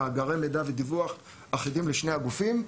מאגרי מידע ודיווח אחידים לשני הגופים.